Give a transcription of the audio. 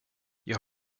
jag